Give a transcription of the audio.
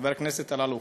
חבר הכנסת אלאלוף,